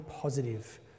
positive